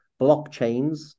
blockchains